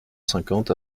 cinquante